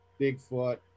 Bigfoot